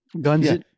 guns